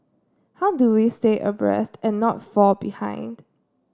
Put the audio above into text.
how do we stay abreast and not fall behind